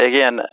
Again